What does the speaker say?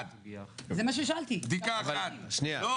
האם זה ישנה בדיקה אחת במוסכי ההסדר?